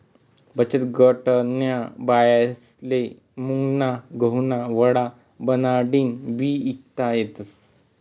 बचतगटन्या बायास्ले मुंगना गहुना वडा बनाडीन बी ईकता येतस